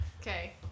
Okay